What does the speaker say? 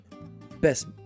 best